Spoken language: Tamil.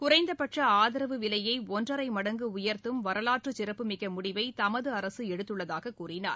குறைந்தபட்ச ஆதரவு விலையை ஒன்றரை மடங்கு உயர்த்தும் வரலாற்றுச்சிறப்புமிக்க முடிவை தமது அரசு எடுத்துள்ளதாக கூறினார்